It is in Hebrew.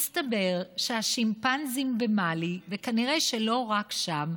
מסתבר שהשימפנזים במאלי, וכנראה שלא רק שם,